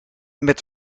met